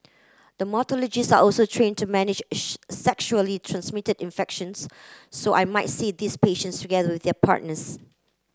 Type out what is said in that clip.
dermatologists are also train to manage sexually transmitted infections so I might see these patients together with their partners